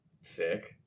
sick